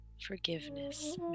forgiveness